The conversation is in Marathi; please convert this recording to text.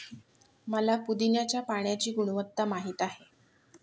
मला पुदीन्याच्या पाण्याची गुणवत्ता माहित आहे